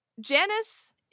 Janice